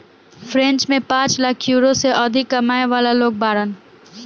French में पांच lakh euro से अधिक कमाए वाला लोग बाड़न